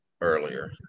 earlier